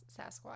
Sasquatch